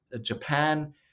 Japan